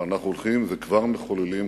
אבל אנחנו הולכים וכבר מחוללים,